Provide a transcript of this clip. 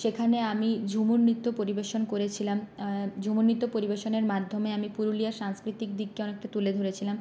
সেখানে আমি ঝুমুর নৃত্য পরিবেশন করেছিলাম ঝুমুর নৃত্য পরিবেশনের মাধ্যমে আমি পুরুলিয়ার সাংস্কৃতিক দিকটা অনেকটা তুলে ধরেছিলাম